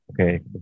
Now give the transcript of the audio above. okay